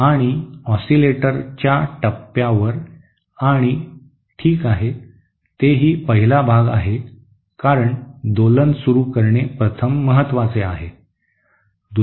आणि ऑसीलेटर च्या टप्प्यावर आणि ठीक आहे तेही पहिला भाग आहे कारण दोलन सुरू करणे प्रथम महत्वाचे आहे